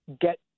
get